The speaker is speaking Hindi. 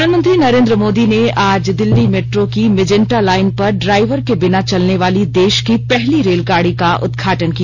प्रधानमंत्री नरेन्द्र मोदी ने आज दिल्ली मेट्रो की मेजेंटा लाइन पर ड्राइवर के बिना चलने वाली देश की पहली रेलगाड़ी का उद्घाटन किया